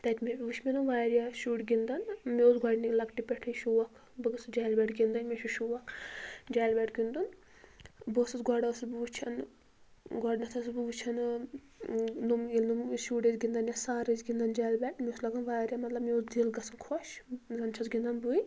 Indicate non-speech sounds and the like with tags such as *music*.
تَتہِ مےٚ وُچھ مےٚ تِم واریاہ شُرۍ گِنٛدان مےٚ اوس گۄڈٕنِکۍ لۄکٹہِ پٮ۪ٹھٔے شوق بہٕ گٔژھٕس جالہِ بیٹ گِنٛدٕنۍ مےٚ چھُ شوق جالہِ بیٹ گِنٛدُن بہٕ ٲسٕس گۄڈٕ ٲسٕس بہٕ وُچھان گۄڈٕنیٚتھ ٲسٕس بہٕ وُچھان *unintelligible* شُرۍ ٲسۍ گِنٛدان یا سَر ٲسۍ گِنٛدان جالہِ بیٹ مےٚ اوس لَگان واریاہ مطلب مےٚ اوس دِل گژھان خۄش زَن چھیٚس گِنٛدَن بٕے